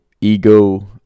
ego